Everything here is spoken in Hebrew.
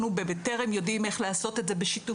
אנחנו בבטרם יודעים איך לעשות את זה בשיתוף